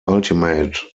ultimate